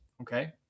okay